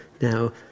Now